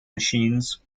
machines